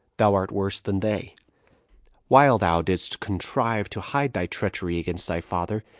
thou art worse than they while thou didst contrive to hide thy treachery against thy father,